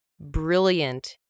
brilliant